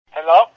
Hello